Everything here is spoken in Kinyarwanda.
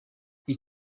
iyi